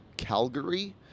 calgary